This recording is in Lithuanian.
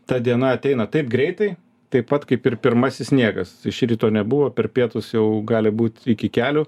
ta diena ateina taip greitai taip pat kaip ir pirmasis sniegas iš ryto nebuvo per pietus jau gali būt iki kelių